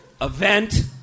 event